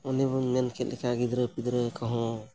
ᱚᱱᱮ ᱵᱚᱱ ᱢᱮᱱ ᱠᱮᱫ ᱞᱮᱠᱟ ᱜᱤᱫᱽᱨᱟᱹ ᱯᱤᱫᱽᱨᱟᱹ ᱠᱚᱦᱚᱸ